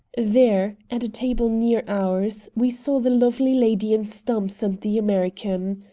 there, at a table near ours, we saw the lovely lady and stumps and the american.